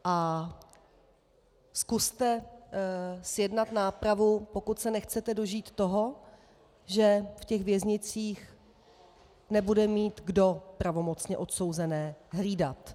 A zkuste zjednat nápravu, pokud se nechcete dožít toho, že ve věznicích nebude mít kdo pravomocně odsouzené hlídat.